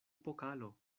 pokalo